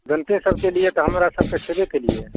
जनते सबके लिए तऽ हमरा सबके छबे कयलिऐ